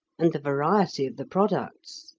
and the variety of the products.